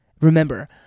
Remember